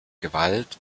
gewalt